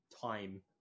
time